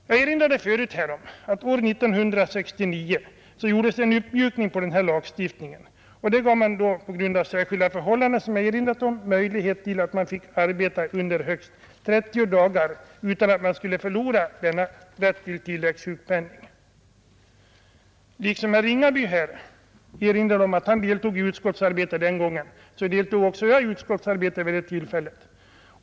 Jag erinrade tidigare om att det år 1969 gjordes en uppmjukning av denna lagstiftning. Det var på grund av särskilda förhållanden som man gav kvinnan möjlighet att arbeta under högst 30 dagar utan att hon skulle förlora rätten till tilläggssjukpenning. Liksom herr Ringaby, som framhöll att han deltog i utskottsarbetet den gången, så vill också jag nämna att även jag gjorde det.